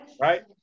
right